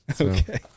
Okay